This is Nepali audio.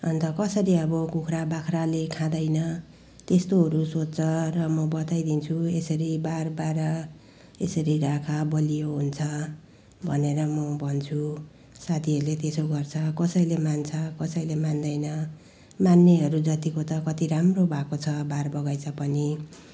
अन्त कसरी अब कुखुरा बाख्राले खाँदैन त्यस्तोहरू सोध्छ र म बताइदिन्छु यसरी बार बार यसरी राख बलियो हुन्छ भनेर म भन्छु साथीहरूले त्यसो गर्छ कसैले मान्छ कसैले मान्दैन मान्नेहरू जतिको त कति राम्रो भएको छ बार बगैँचा पनि